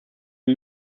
den